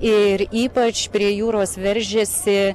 ir ypač prie jūros veržiasi